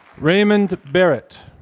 raymond barrett.